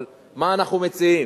אבל, מה אנחנו מציעים?